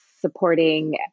supporting